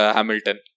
Hamilton